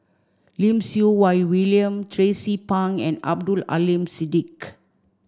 Lim Siew Wai William Tracie Pang and Abdul Aleem Siddique